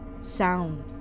sound